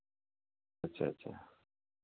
अच्छा अच्छा